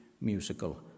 musical